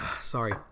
sorry